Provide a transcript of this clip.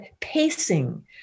pacing